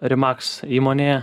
ri max įmonėje